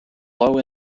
low